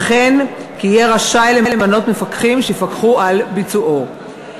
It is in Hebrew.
וכן כי יהיה רשאי למנות מפקחים שיפקחו על ביצועו.